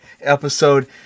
episode